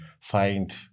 find